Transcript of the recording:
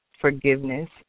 forgiveness